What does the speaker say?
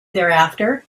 thereafter